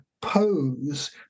pose